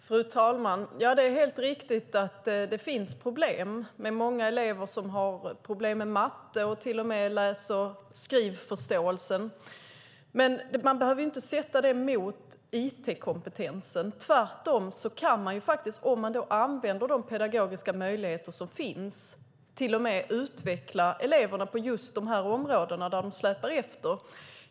Fru talman! Det är helt riktigt att det finns problem. Det finns många elever som har problem med matte och läs och skrivförståelse. Men det behöver inte ställas mot it-kompetensen. Tvärtom kan datorer, om de pedagogiska möjligheter som finns används, till och med utveckla eleverna på de områden där de släpar efter.